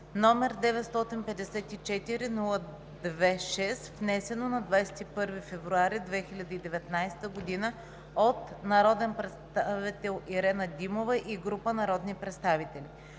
№ 954-02-6, внесено на 21 февруари 2019 г. от народния представител Ирена Димова и група народни представители.“